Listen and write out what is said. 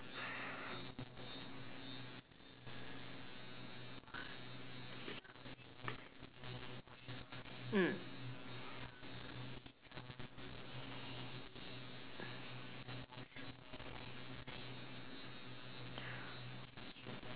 mm